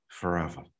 forever